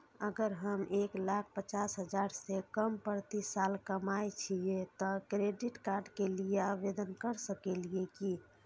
अगर हम एक लाख पचास हजार से कम प्रति साल कमाय छियै त क्रेडिट कार्ड के लिये आवेदन कर सकलियै की?